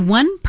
one